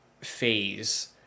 phase